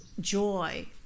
joy